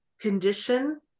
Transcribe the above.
condition